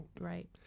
Right